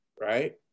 right